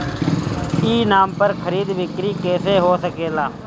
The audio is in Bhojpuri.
ई नाम पर खरीद बिक्री कैसे हो सकेला?